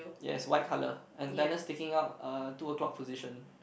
yes white colour and then it's sticking out uh two o-clock position